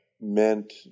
meant